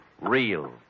real